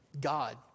God